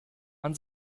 man